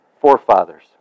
forefathers